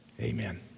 Amen